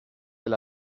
del